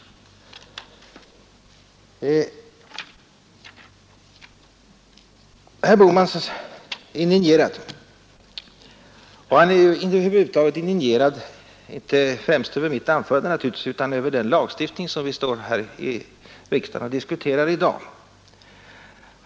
Herr Bohman är naturligtvis inte främst indignerad över mitt anförande utan över den lagstiftning som vi i dag diskuterar.